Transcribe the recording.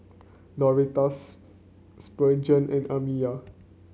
Doretha Spurgeon and Amiya